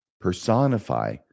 personify